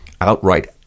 outright